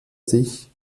sich